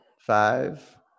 Five